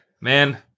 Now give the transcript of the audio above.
Man